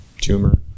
tumor